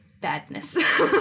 badness